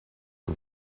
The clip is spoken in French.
que